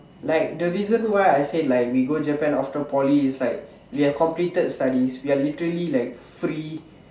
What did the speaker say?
like the reason why I say like we go Japan after Poly is like we have completed studies we are literally like free